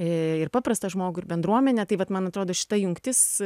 ir paprastą žmogų ir bendruomenę tai vat man atrodo šita jungtis